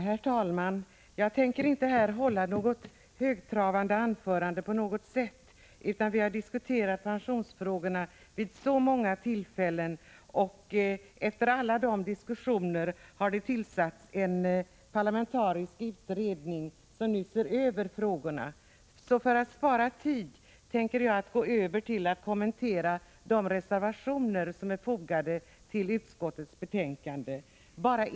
Herr talman! Jag tänker här inte hålla något högtravande anförande — vi har ju diskuterat pensionsfrågorna vid så många tidigare tillfällen. Efter alla dessa diskussioner har det tillsats en parlamentarisk utredning som nu ser över dessa frågor. För att spara tid tänker jag nu gå över till att kommentera de reservationer som är fogade till utskottets betänkande.